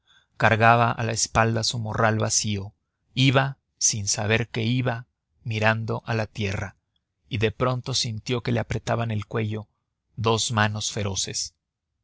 cargaba a la espalda su morral vacío iba sin saber que iba mirando a la tierra y de pronto sintió que le apretaban el cuello dos manos feroces